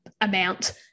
amount